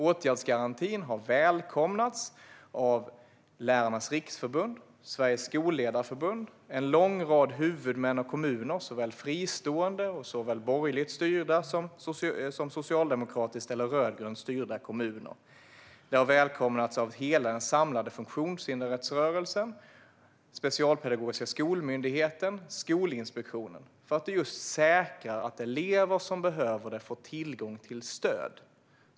Åtgärdsgarantin har välkomnats av Lärarnas Riksförbund, Sveriges Skolledarförbund, en lång rad huvudmän och kommuner såväl borgerligt styrda som socialdemokratiskt eller rödgrönt styrda kommuner. Åtgärdsgarantin har välkomnats av hela den samlade funktionshindersrättsrörelsen, Specialpedagogiska skolmyndigheten och Skolinspektionen - detta för att säkra att elever som behöver det får tillgång till stöd.